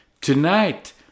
Tonight